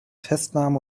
festnahme